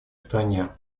стране